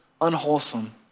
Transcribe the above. unwholesome